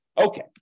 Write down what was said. Okay